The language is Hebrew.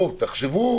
תחשבו